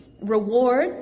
reward